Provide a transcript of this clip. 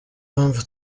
mpamvu